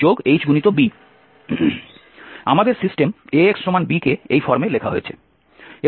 আমাদের system Ax b কে এই ফর্মে লেখা হয়েছে